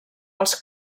als